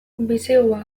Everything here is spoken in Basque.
bisigua